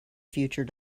future